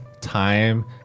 time